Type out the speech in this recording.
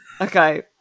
Okay